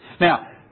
Now